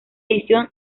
edición